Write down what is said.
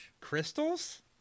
crystals